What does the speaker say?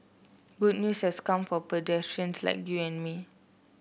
good news has come for pedestrians like you and me